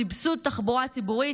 סבסוד תחבורה ציבורית,